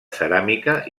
ceràmica